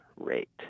rate